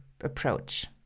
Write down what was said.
approach